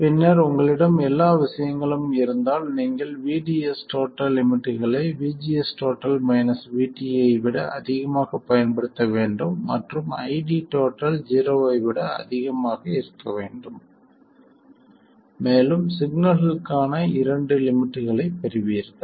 பின்னர் உங்களிடம் எல்லா விஷயங்களும் இருந்தால் நீங்கள் VDS லிமிட்களை VGS VT ஐ விட அதிகமாகப் பயன்படுத்த வேண்டும் மற்றும் ID ஜீரோவை விட அதிகமாக இருக்க வேண்டும் மேலும் சிக்னல்க்கான இரண்டு லிமிட்களைப் பெறுவீர்கள்